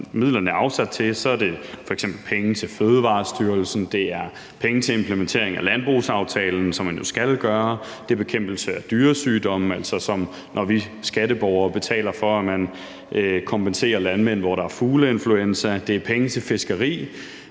midlerne er afsat til, så er det f.eks. penge til Fødevarestyrelsen, det er penge til implementering af landbrugsaftalen, som man jo skal gøre, det er bekæmpelse af dyresygdomme, altså ligesom når vi skatteborgere betaler for, at man kompenserer landmænd, når der er fugleinfluenza, og det er penge til fiskeri.